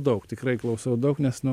daug tikrai klausau daug nes nu